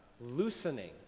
loosening